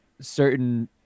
certain